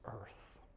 earth